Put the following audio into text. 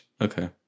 Okay